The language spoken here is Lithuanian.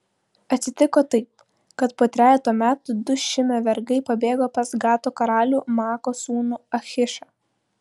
atsitiko taip kad po trejeto metų du šimio vergai pabėgo pas gato karalių maakos sūnų achišą